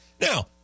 Now